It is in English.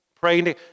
praying